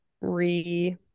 re